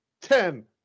Ten